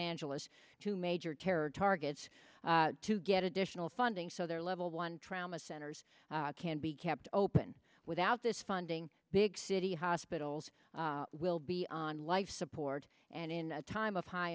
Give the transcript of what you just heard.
angeles to major terror targets to get additional funding so their level one trauma centers can be kept open without this funding big city hospitals will be on life support and in a time of high